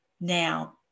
now